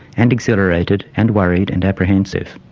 and exhilarated, and worried and apprehensive.